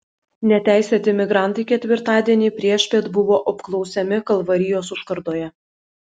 neteisėti migrantai ketvirtadienį priešpiet buvo apklausiami kalvarijos užkardoje